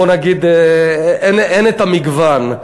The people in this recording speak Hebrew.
אין מגוון,